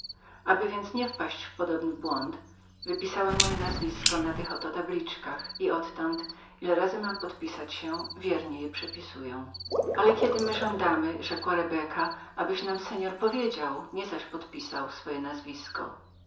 aby więc nie wpaść w podobny błąd wypisałem moje nazwisko na tych oto tabliczkach i odtąd ile razy mam podpisać się wiernie je przepisuję ale kiedy my żądamy po panu rzekła rebeka abyś nam powiedział nie zaś podpisywał swoje nazwisko